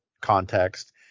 context